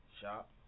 Shop